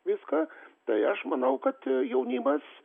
viską tai aš manau kad jaunimas